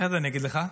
אחרי זה אני אגיד לך.